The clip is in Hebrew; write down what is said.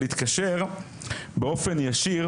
הם יכולים להתקשר באופן ישיר